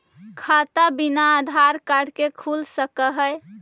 खाता बिना आधार कार्ड के खुल सक है?